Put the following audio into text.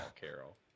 Carol